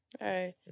right